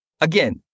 again